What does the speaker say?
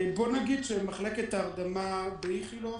בוא נגיד שמחלקת ההרדמה באיכילוב,